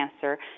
cancer